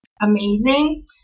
amazing